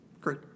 Great